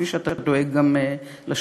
כפי שאתה דואג גם לשוטרים.